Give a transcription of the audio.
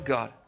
God